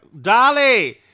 Dolly